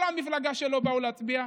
כל המפלגה שלו באה להצביע,